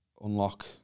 unlock